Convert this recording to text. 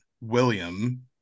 William